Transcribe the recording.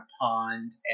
pond